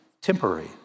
temporary